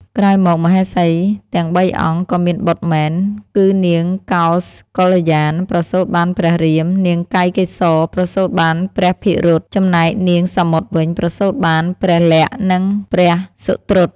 ក្រោយមកមហេសីទាំងបីអង្គ ក៏មានបុត្រមែន គឺនាងកោសកល្យាណ ប្រសូតបានព្រះរាម នាងកៃកេសីប្រសូតបានព្រះភិរុត ចំណែកនាងសមុទ្រវិញ ប្រសូតបាន ព្រះលក្សណ៍ និងព្រះសុត្រុត។